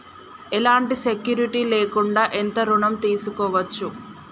ఎలాంటి సెక్యూరిటీ లేకుండా ఎంత ఋణం తీసుకోవచ్చు?